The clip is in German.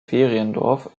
feriendorf